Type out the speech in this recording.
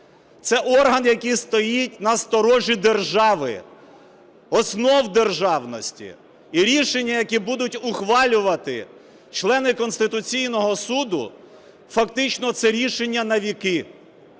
Це орган, який стоїть на сторожі держави, основ державності. І рішення, які будуть ухвалювати члени Конституційного Суду, фактично це рішення на віки.